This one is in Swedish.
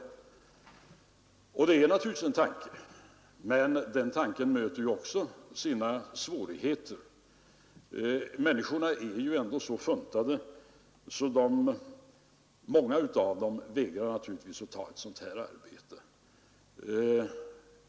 Det är naturligtvis en tanke, men den möter också sina svårigheter. Människorna är ju ändå olika funtade. Många vägrar naturligtvis att göra företagare sådana här tjänster.